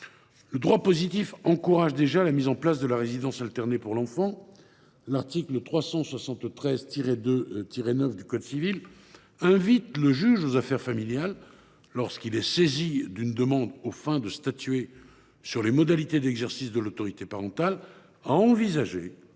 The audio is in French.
Le droit positif encourage déjà la mise en place de la résidence alternée pour l’enfant : l’article 373 2 9 du code civil invite le juge aux affaires familiales, lorsqu’il est saisi d’une demande aux fins de statuer sur les modalités d’exercice de l’autorité parentale, à envisager